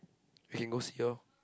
we can go see lor